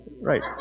right